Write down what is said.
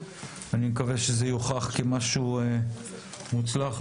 אני מקווה שזה יוכח כמשהו מוצלח,